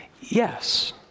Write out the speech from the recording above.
Yes